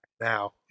now